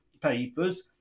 papers